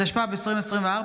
התשפ"ד 2024,